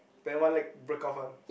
then one leg break off one